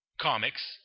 comics